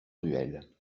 ruelle